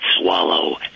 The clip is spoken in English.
swallow